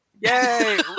yay